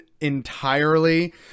entirely